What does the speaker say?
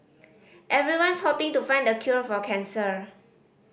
everyone's hoping to find the cure for cancer